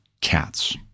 cats